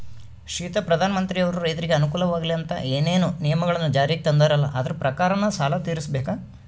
ಶ್ರೀಯುತ ಪ್ರಧಾನಮಂತ್ರಿಯವರು ರೈತರಿಗೆ ಅನುಕೂಲವಾಗಲಿ ಅಂತ ಏನೇನು ನಿಯಮಗಳನ್ನು ಜಾರಿಗೆ ತಂದಾರಲ್ಲ ಅದರ ಪ್ರಕಾರನ ಸಾಲ ತೀರಿಸಬೇಕಾ?